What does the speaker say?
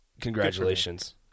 Congratulations